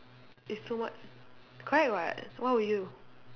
it's too much correct [what] what about you